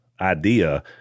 idea